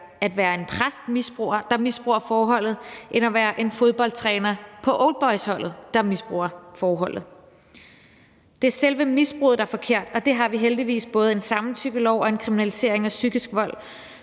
at være en præst, der misbruger forholdet, end at være en fodboldtræner på oldboysholdet, der misbruger forholdet. Det er selve misbruget, der er forkert, og det har vi heldigvis både en samtykkelov og en lov om kriminalisering af psykisk vold